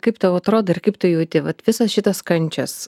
kaip tau atrodo kaip tu jauti vat visas šitas kančias